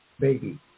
baby